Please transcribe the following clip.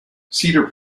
cedar